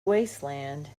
wasteland